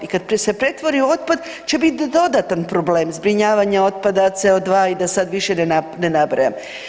I kad se pretvori u otpad će biti dodatan problem zbrinjavanja otpada, CO2 i da sad više ne nabrajam.